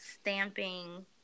stamping